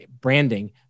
branding